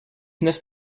neuf